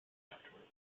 afterwards